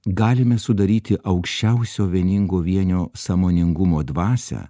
galime sudaryti aukščiausio vieningo vienio sąmoningumo dvasią